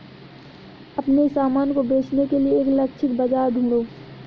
अपने सामान को बेचने के लिए एक लक्षित बाजार ढूंढो